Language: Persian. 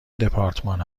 دپارتمان